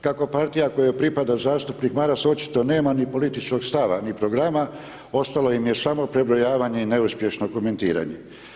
Kako partija kojoj pripada zastupnik Maras očito nema ni političkog stava, ni programa ostalo im je samo prebrojavanje i neuspješno komentiranje.